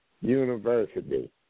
University